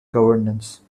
governance